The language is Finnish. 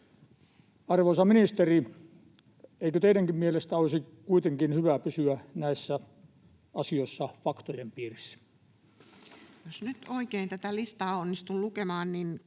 Arvoisa ministeri, eikö teidänkin mielestänne olisi kuitenkin hyvä pysyä näissä asioissa faktojen piirissä? [Speech 186] Speaker: Toinen